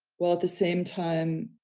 while at the same time